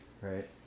right